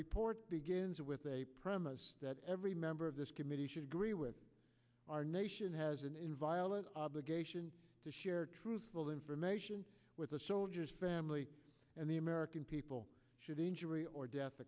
report begins with a premise that every member of this committee should agree with our nation has an inviolate obligation to share truthful information with the soldier's family and the american people should injury or death